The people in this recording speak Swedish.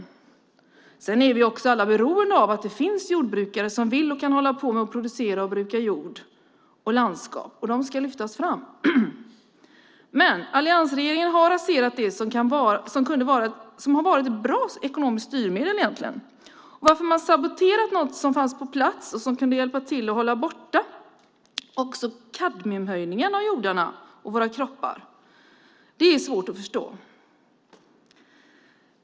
Samtidigt är vi alla beroende av att det finns jordbrukare som vill och kan producera, bruka jorden och sköta om landskapet. Det ska lyftas fram. Alliansregeringen har emellertid raserat det som kunde ha varit ett bra ekonomiskt styrmedel. Varför man saboterat något som redan fanns på plats och kunde hjälpa till att även hålla borta kadmiumhöjningarna i jordarna och i våra kroppar är svårt att förstå.